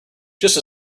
just